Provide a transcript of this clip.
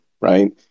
right